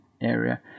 area